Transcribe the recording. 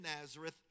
Nazareth